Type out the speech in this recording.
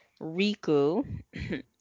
Riku